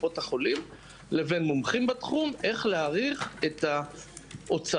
קופות החולים לבין מומחים בתחום איך להעריך את ההוצאות